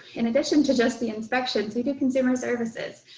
in addition to just the inspections, we do consumer services,